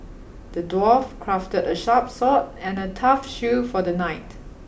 the dwarf crafted a sharp sword and a tough shield for the knight